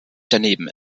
daneben